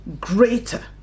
greater